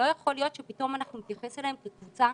לא יכול להיות שפתאום אנחנו נתייחס אליהם כקבוצה,